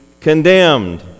condemned